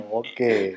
okay